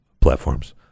platforms